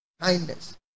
kindness